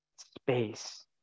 space